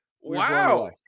wow